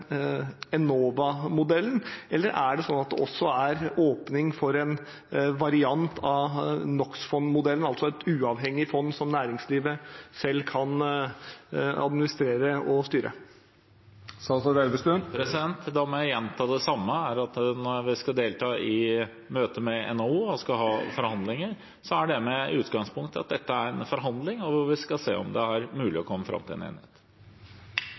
eller er det også åpning for en variant av NO x -fond-modellen, altså et uavhengig fond som næringslivet selv kan administrere og styre? Da må jeg gjenta det samme: Når vi skal delta i møte med NHO og ha forhandlinger, er det med utgangspunkt i at dette er en forhandling, og vi skal se om det er mulig å komme fram til en